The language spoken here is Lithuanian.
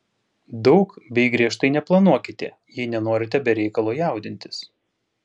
daug bei griežtai neplanuokite jei nenorite be reikalo jaudintis